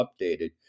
updated